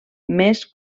més